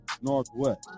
Northwest